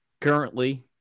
currently